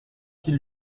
qu’il